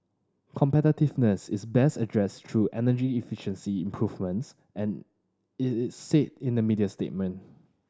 competitiveness is best addressed through energy efficiency improvements and it said in a media statement